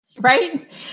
Right